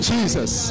Jesus